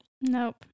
Nope